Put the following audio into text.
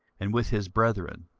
and with his brethren.